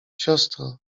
siostro